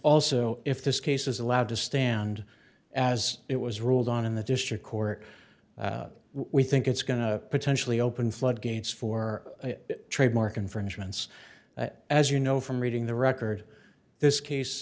also if this case is allowed to stand as it was ruled on in the district court we think it's going to potentially open floodgates for trademark infringements that as you know from reading the record this case